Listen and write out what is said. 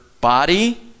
body